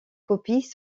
copies